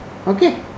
Okay